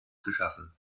geschaffen